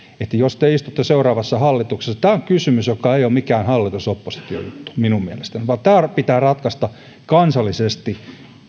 jos te istutte seuraavassa hallituksessa tämä on kysymys joka ei ole mikään hallitus oppositio juttu minun mielestäni vaan tämä pitää ratkaista kansallisesti